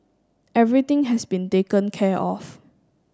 everything has been taken care of